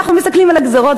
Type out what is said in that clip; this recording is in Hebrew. אנחנו מסתכלים על הגזירות,